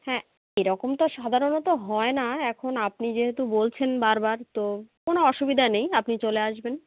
হ্যাঁ এরকমটা সাধারণত হয় না এখন আপনি যেহেতু বলছেন বারবার তো কোনো অসুবিধা নেই আপনি চলে আসবেন